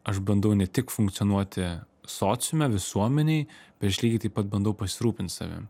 aš bandau ne tik funkcionuoti sociume visuomenėj bet aš lygiai taip pat bandau pasirūpint savim